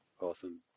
Awesome